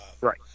Right